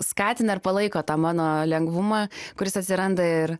skatina ir palaiko tą mano lengvumą kuris atsiranda ir